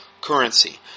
currency